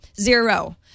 Zero